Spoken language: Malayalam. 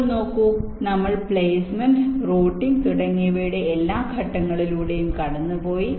ഇപ്പോൾ നോക്കൂ നമ്മൾ പ്ലേസ്മെന്റ് റൂട്ടിംഗ് തുടങ്ങിയവയുടെ എല്ലാ ഘട്ടങ്ങളിലൂടെയും കടന്നുപോയി